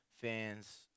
fans